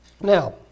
Now